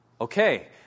Okay